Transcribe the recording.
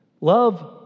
Love